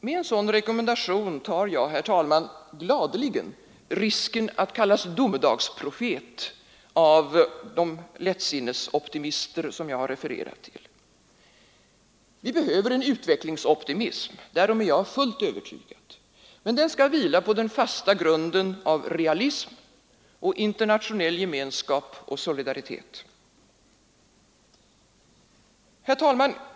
Med en sådan rekommendation tar jag, herr talman, gladeligen risken att kallas domedagsprofet av de lättsinnesoptimister som jag refererat till. Vi behöver en utvecklingsoptimism, därom är jag fullt övertygad, men den skall vila på den fasta grunden av realism, internationell gemenskap och solidaritet. Herr talman!